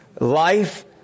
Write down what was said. Life